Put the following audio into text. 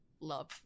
love